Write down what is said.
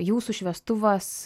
jūsų šviestuvas